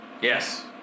Yes